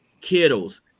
Kittles